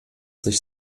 sich